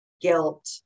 guilt